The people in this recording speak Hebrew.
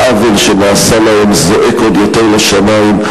שהעוול שנעשה להם זועק עוד יותר לשמים,